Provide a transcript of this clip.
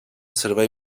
servei